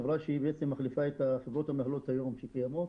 החברה שהיא בעצם מחליפה את החברות המנהלות היום שקיימות,